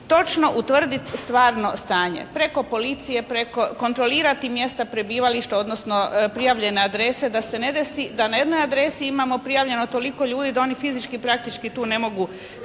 točno utvrditi stvarno stanje. Preko policije, preko, kontrolirati mjesta prebivališta, odnosno prijavljene adrese da se ne desi da na jednoj adresi imamo prijavljeno toliko ljudi da oni fizički praktički tu ne mogu